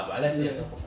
ya